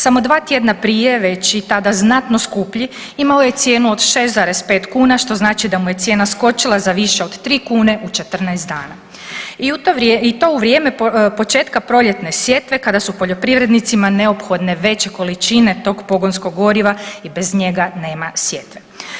Samo dva tjedna prije već i tada znatno skuplji imao je cijenu od 6,5 kuna što znači da mu je cijena skočila za više od 3 kune u 14 dana i to u vrijeme početka proljetne sjetve kada su poljoprivrednicima neophodne veće količine tog pogonskog goriva i bez njega nema sjetve.